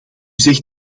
zegt